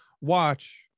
watch